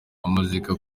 amuziza